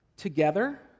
Together